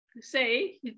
say